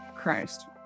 Christ